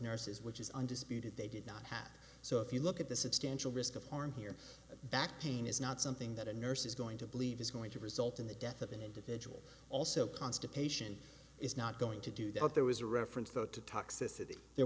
nurses which is undisputed they did not have so if you look at the substantial risk of harm here that pain is not something that a nurse is going to believe is going to result in the death of an individual also constipation is not going to do that there was a reference though to toxicity there